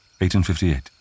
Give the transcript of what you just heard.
1858